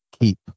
keep